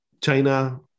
China